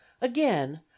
again